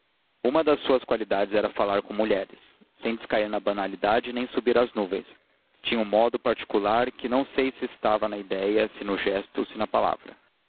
uma das suas qualidades era falar com mulheres sem descair na banalidade nem subir às nuvens tinha um modo particular que não sei se estava na ideia se no gesto se na palavra